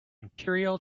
imperial